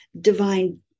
divine